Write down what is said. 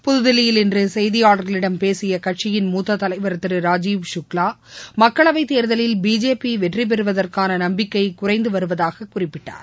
புதுதில்லியில் இன்றுசெய்தியாளர்களிம் பேசியகட்சியின் ராஜுவ் திரு சுக்லாமக்களவைதேர்தலில் பிஜேபிவெற்றிபெறுவதற்கானநம்பிக்கைகுறைந்துவருவதாககுறிப்பிட்டார்